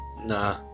Nah